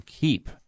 keep